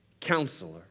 counselor